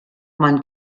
man